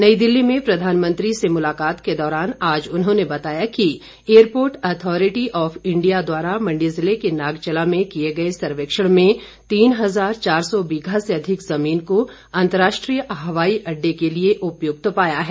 नई दिल्ली में प्रधानमंत्री से मुलाकात के दौरान आज उन्होंने बताया कि एयरपोर्ट अथॉरिटी ऑफ इंडिया द्वारा मंडी जिले के नागचला में किए गए सर्वेक्षण में यहां तीन हजार चार सौ बीघा से अधिक जमीन को अन्तर्राष्ट्रीय हवाई अड्डे के लिए उपयुक्त पाया है